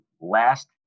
Last